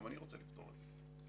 גם אני רוצה לפתור את זה.